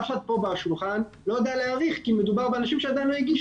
אף אחד פה בשולחן לא יודע להעריך כי מדובר באנשים שעדיין לא הגישו.